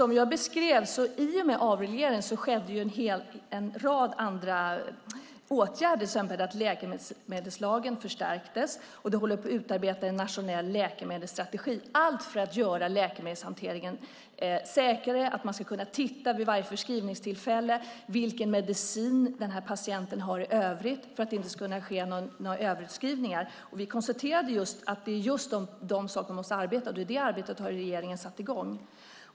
Herr talman! I och med avregleringen skedde en rad andra åtgärder, som jag beskrev, exempelvis att läkemedelslagen förstärktes. Det håller också på att utarbetas en nationell läkemedelsstrategi. Allt detta görs för att göra läkemedelshanteringen säkrare. Vid varje förskrivningstillfälle ska man kunna titta på vilken medicin som denna patient har i övrigt så att det inte ska kunna ske några överutskrivningar. Vi konstaterade just att det är dessa saker som man måste arbeta med. Detta arbete har regeringen satt i gång.